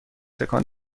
تکان